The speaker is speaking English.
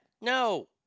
No